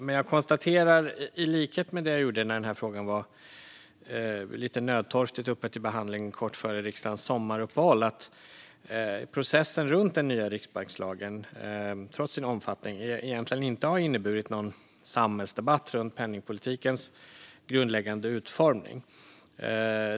Men jag konstaterar - i likhet med det jag gjorde när frågan lite nödtorftigt var uppe till behandling strax före riksdagens sommaruppehåll - att processen runt den nya riksbankslagen trots sin omfattning egentligen inte har inneburit någon samhällsdebatt om penningpolitikens grundläggande utformning.